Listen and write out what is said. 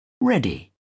Ready